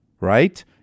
right